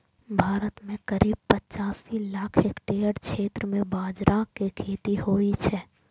भारत मे करीब पचासी लाख हेक्टेयर क्षेत्र मे बाजरा के खेती होइ छै